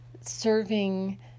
serving